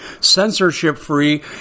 censorship-free